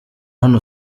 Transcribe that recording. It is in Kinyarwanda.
hano